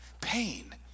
pain